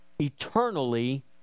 eternally